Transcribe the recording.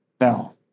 Now